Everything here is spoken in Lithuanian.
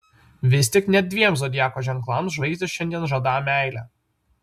vis tik net dviem zodiako ženklams žvaigždės šiandien žadą meilę